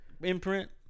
imprint